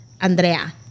Andrea